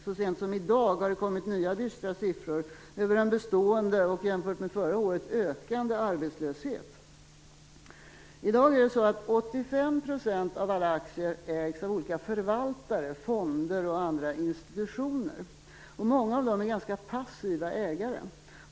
Så sent som i dag har det kommit nya dystra siffror över en bestående och jämfört med förra året ökande arbetslöshet. I dag ägs 85 % av alla aktier av olika förvaltare, fonder och andra institutioner. Många av dem är ganska passiva ägare.